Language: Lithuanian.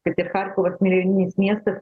kad ir charkovas milijoninis miestas